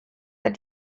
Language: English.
that